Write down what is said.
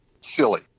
silly